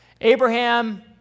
Abraham